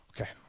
okay